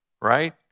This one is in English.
right